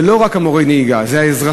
זה לא רק מורי הנהיגה, זה האזרחים.